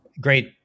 great